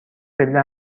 پله